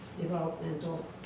developmental